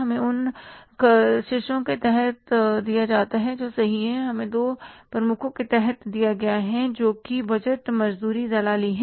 हमें उन शीर्षों के तहत दिया जाता है जो सही हैं हमें दो प्रमुखों के तहत दिया गया है जोकि वेतनमजदूरी दलाली है